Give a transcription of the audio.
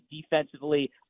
defensively